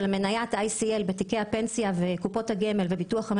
המנייה שלנו בקופות הציבוריות השונות הוא בין הגבוהים ביותר.